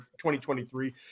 2023